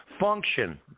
function